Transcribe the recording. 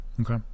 Okay